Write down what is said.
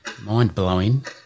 mind-blowing